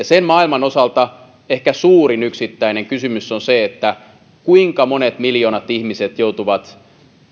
sen maailman osalta ehkä suurin yksittäinen kysymys on se kuinka monet miljoonat ihmiset joutuvat